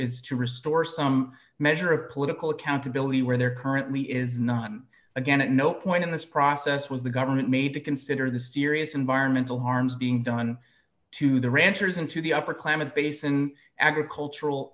is to restore some measure of political accountability where there currently is not and again at no point in this process was the government made to consider the serious environmental harm being done to the ranchers and to the upper klamath basin agricultural